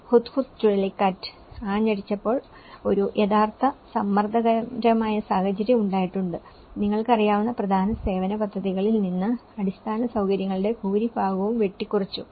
Hudhud ചുഴലിക്കാറ്റ് ആഞ്ഞടിച്ചപ്പോൾ ഒരു യഥാർത്ഥ സമ്മർദ്ദകരമായ സാഹചര്യം ഉണ്ടായിട്ടുണ്ട് നിങ്ങൾക്ക് അറിയാവുന്ന പ്രധാന സേവന പദ്ധതികളിൽ നിന്ന് അടിസ്ഥാന സൌകര്യങ്ങളുടെ ഭൂരിഭാഗവും വെട്ടിക്കുറച്ചു